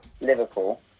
Liverpool